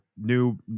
new